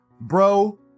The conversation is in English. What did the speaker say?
bro